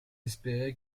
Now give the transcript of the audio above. espérer